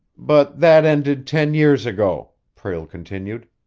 but that ended ten years ago, prale continued.